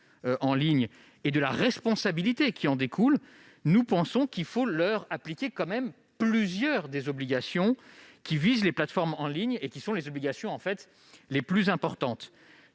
en ligne et à la responsabilité qui en découle, nous pensons qu'il faut leur appliquer tout de même plusieurs des obligations qui visent les plateformes en ligne. Il s'agit surtout des obligations les plus importantes,